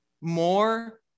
more